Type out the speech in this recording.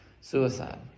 suicide